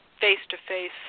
face-to-face